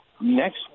next